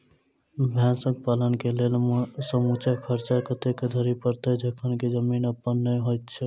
भैंसक पालन केँ लेल समूचा खर्चा कतेक धरि पड़त? जखन की जमीन अप्पन नै होइत छी